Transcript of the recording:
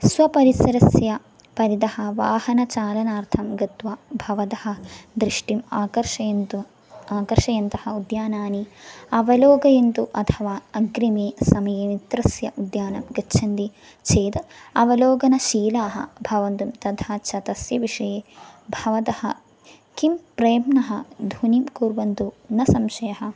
स्वपरिसरस्य परितः वाहनचालनार्थं गत्वा भवतः दृष्टिम् आकर्षयन्तु आकर्षयन्तः उद्यानानि अवलोकयन्तु अथवा अग्रिमे समये मित्रस्य उद्यानं गच्छन्ति चेद् अवलोकनशीलाः भवन्तुं तथा छ तस्य विषये भवतः किं प्रेम्णः ध्वनिं कुर्वन्तु न संशयः